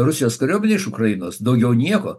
rusijos kariuomenę iš ukrainos daugiau nieko